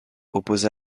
oppose